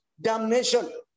damnation